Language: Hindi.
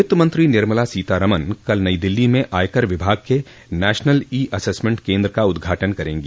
वित्तमंत्री निर्मला सीतारामन कल नई दिल्ली में आयकर विभाग के नेशनल ई एसेसमेंट केन्द्र का उद्घाटन करेंगी